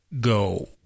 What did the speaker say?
go